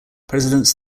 presidents